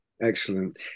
Excellent